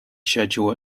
schedule